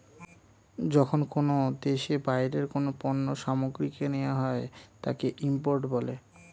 যখন কোনো দেশে বাইরের কোনো পণ্য সামগ্রীকে নেওয়া হয় তাকে ইম্পোর্ট বলে